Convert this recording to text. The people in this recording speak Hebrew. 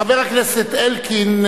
חבר הכנסת אלקין,